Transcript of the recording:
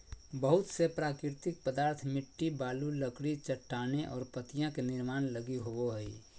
बहुत से प्राकृतिक पदार्थ मिट्टी, बालू, लकड़ी, चट्टानें और पत्तियाँ के निर्माण लगी होबो हइ